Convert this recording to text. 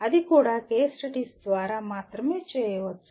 అది కూడా case studies ద్వారా మాత్రమే చేయవచ్చు